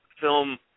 film